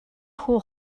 хүү